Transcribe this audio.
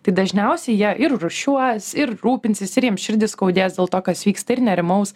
tai dažniausiai jie ir rūšiuos ir rūpinsis ir jiems širdį skaudės dėl to kas vyksta ir nerimaus